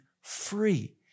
free